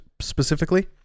specifically